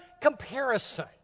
comparison